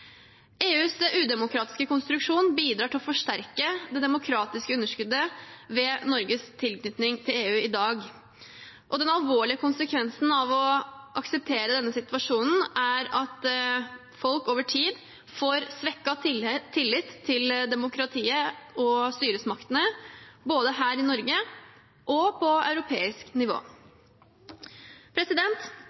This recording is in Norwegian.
EUs udemokratiske konstruksjon bidrar til å forsterke det demokratiske underskuddet ved Norges tilknytning til EU i dag. Den alvorlige konsekvensen av å akseptere denne situasjonen er at folk over tid får svekket tillit til demokratiet og styresmaktene, både her i Norge og på europeisk nivå.